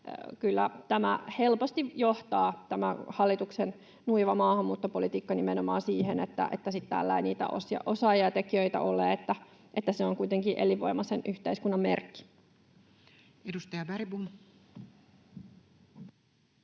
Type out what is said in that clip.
Kyllä tämä hallituksen nuiva maahanmuuttopolitiikka helposti johtaa nimenomaan siihen, että sitten täällä ei niitä osaavia tekijöitä ole. Se on kuitenkin elinvoimaisen yhteiskunnan merkki. Edustaja Bergbom.